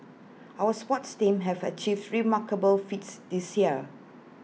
our sports teams have achieved remarkable feats this year